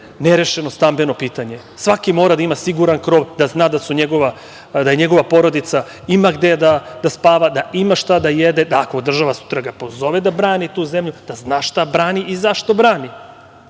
nerešeno stambeno pitanje. Svaki mora da ima siguran krov, da zna da njegova porodica ima gde da spava, da ima šta da jede, da, ako ga država sutra pozove da brani tu zemlju da zna šta brani i zašto brani